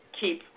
keep